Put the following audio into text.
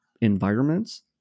environments